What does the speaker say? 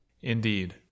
Indeed